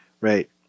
right